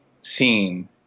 scene